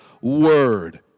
word